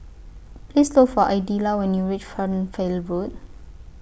Please Look For Idella when YOU REACH Fernvale Road